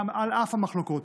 על אף המחלוקות.